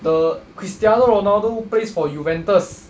the cristiano ronaldo plays for juventus